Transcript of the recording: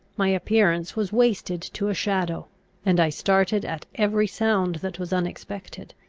my appearance was wasted to a shadow and i started at every sound that was unexpected.